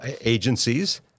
agencies